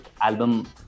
album